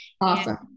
Awesome